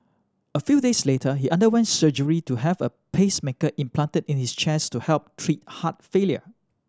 a few days later he underwent surgery to have a pacemaker implanted in his chest to help treat heart failure